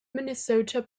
minnesota